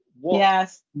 yes